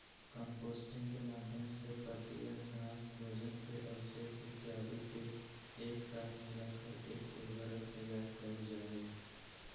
composting के माध्यम से पत्तियन, घास, भोजन के अवशेष इत्यादि के एक साथ मिलाकर एक उर्वरक तैयार कइल जाहई